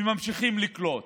וממשיכים לקלוט.